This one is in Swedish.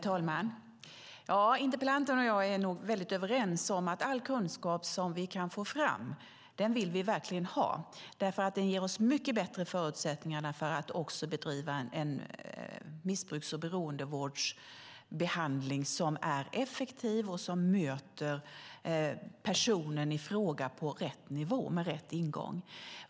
Herr talman! Interpellanten och jag är nog väldigt överens om att all kunskap som vi kan få fram vill vi verkligen ha, därför att den ger oss mycket bättre förutsättningar att också bedriva en missbruks och beroendevårdsbehandling som är effektiv och som möter personen i fråga på rätt nivå med rätt ingång.